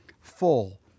full